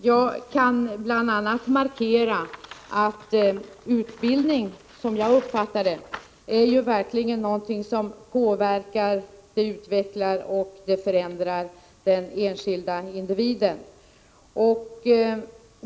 Jag vill markera att utbildning, som jag uppfattar det, är någonting som påverkar, utvecklar och förändrar den enskilda individen.